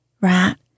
rat